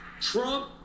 Trump